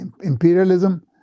imperialism